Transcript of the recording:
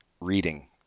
reading